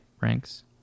ranks